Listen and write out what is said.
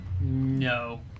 No